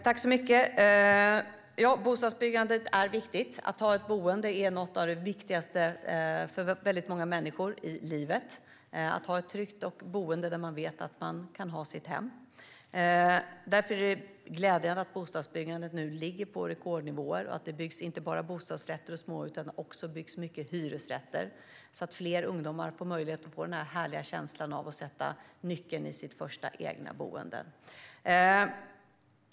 Herr talman! Bostadsbyggandet är viktigt. Att ha ett tryggt boende där man vet att man kan ha sitt hem är något av det viktigaste i livet för väldigt många människor. Därför är det glädjande att bostadsbyggandet nu ligger på rekordnivåer och att det byggs inte bara bostadsrätter och småhus utan också många hyresrätter, så att fler ungdomar får möjlighet att få den där härliga känslan att sätta nyckeln i sitt första egna boende.